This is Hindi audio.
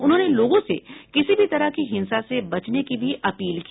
उन्होंने लोगों से किसी भी तरह की हिंसा से बचने की भी अपील की